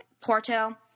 Porto